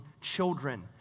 children